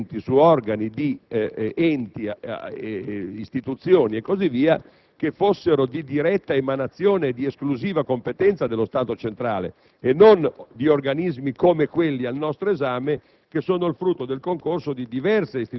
di considerare ammissibili interventi su organi di enti ed istituzioni che fossero di diretta emanazione e di esclusiva competenza dello Stato centrale e non anche di organismi come quelli al nostro esame,